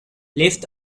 lift